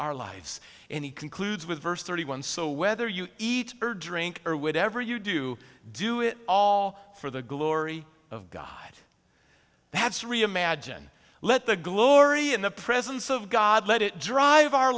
our lives and he concludes with verse thirty one so whether you eat or drink or whatever you do do it all for the glory of god that's reimagine let the glory in the presence of god let it drive our